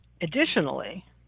Additionally